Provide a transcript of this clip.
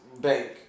Bank